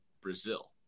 Brazil